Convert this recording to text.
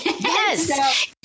Yes